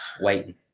waiting